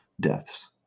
deaths